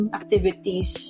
activities